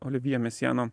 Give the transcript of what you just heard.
olivjė mesiano